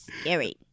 Scary